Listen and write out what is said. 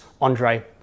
Andre